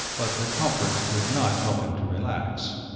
but the comfort could not help him to relax.